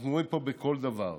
אנחנו רואים פה בכל דבר.